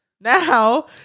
now